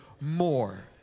more